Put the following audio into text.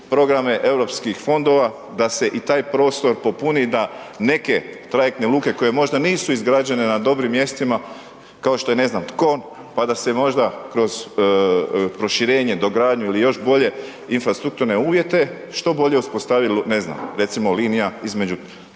programe Europskih fondova da se i taj prostor popuni, da neke trajektne luke koje možda nisu izgrađene na dobrim mjestima, kao što je, ne znam, Tkon, pa da se možda kroz proširenje, dogradnju ili još bolje infrastrukturne uvjete što bolje uspostavi, ne znam, recimo linija između